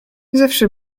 zawsze